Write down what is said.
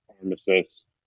pharmacist